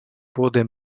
wurde